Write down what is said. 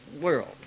world